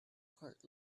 court